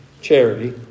Charity